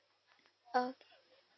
okay